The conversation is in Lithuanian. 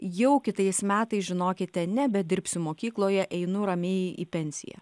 jau kitais metais žinokite nebedirbsiu mokykloje einu ramiai į pensiją